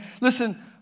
listen